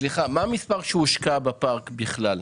סליחה, מה המספר שהושקע בפארק בכלל?